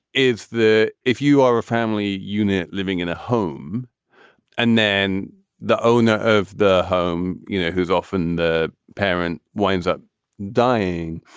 is the if you are a family unit living in a home and then the owner of the home you know who's often the parent winds up dying,